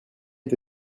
est